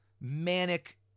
manic